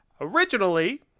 Originally